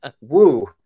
Woo